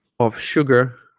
of sugar